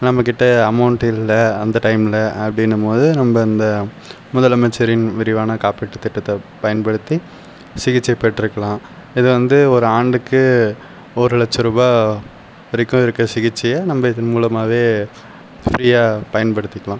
நம்ம கிட்டே அமௌண்ட் இல்லை அந்த டைமில் அப்படினும் போது நம்ம இந்த முதலமைச்சரின் விரிவானக் காப்பீட்டுத் திட்டத்தைப் பயன்படுத்தி சிகிச்சைப் பெற்றுக்கலாம் இது வந்து ஒரு ஆண்டுக்கு ஒரு லட்சம் ரூபாய் வரைக்கும் இருக்கிற சிகிச்சையை நம்ம இது மூலமாகவே ஃப்ரீயாக பயன்படுத்திக்கலாம்